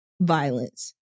violence